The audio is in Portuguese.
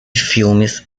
filmes